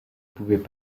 pouvaient